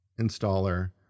installer